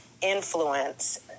influence